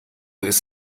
ist